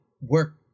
work